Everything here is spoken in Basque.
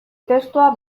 testua